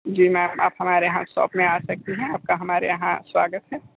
जी ma'am आप हमारे यहाँ शॉप में आ सकती हैं आप का हमारे यहाँ स्वागत है